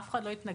אף אחד לא התנגד,